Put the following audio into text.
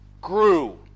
grew